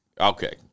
okay